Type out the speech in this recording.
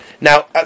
Now